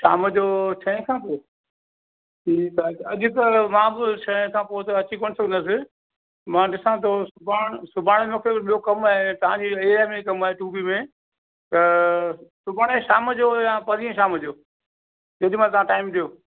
शाम जो छहें खां पोइ ठीकु आहे अॼु त मां छहें खां पोइ त अची कोन सघंदुसि मां ॾिसां थो सुभाणे सुभाणे मूंखे ॿियो कमु आहे तव्हां जी एरिया में ई कमु आहे टू बी में त सुभाणे शाम जो यां परीहं शाम जो जेॾीमहिल तव्हां टाइम ॾियो